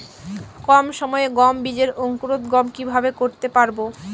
কম সময়ে গম বীজের অঙ্কুরোদগম কিভাবে করতে পারব?